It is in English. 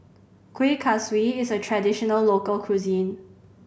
Kuih Kaswi is a traditional local cuisine